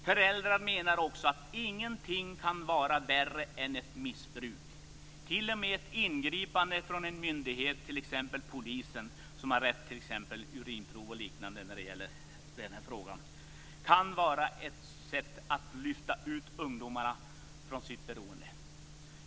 Föräldrar menar också att ingenting kan vara värre än ett missbruk. T.o.m. ett ingripande från en myndighet, t.ex. polisen som har rätt att ta urinprov och liknande i detta sammanhang, kan vara ett sätt att lyfta ut ungdomarna ur deras beroende.